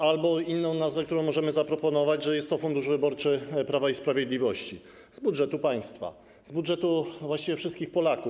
Albo inna nazwa, którą możemy zaproponować, to taka, że jest to fundusz wyborczy Prawa i Sprawiedliwości z budżetu państwa, z budżetu właściwie wszystkich Polaków.